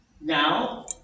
Now